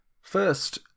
first